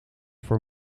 voor